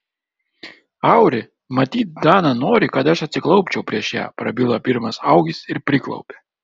auri matyt dana nori kad aš atsiklaupčiau prieš ją prabilo pirmas augis ir priklaupė